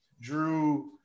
Drew